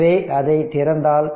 எனவே அதை திறந்தால்